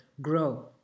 grow